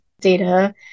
data